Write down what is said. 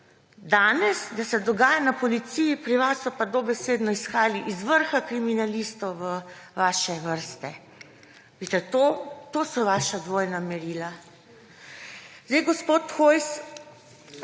danes, da se dogaja na policiji, pri vas so pa dobesedno izhajali iz vrha kriminalistov v vaše vrste. To so vaša dvojna merila.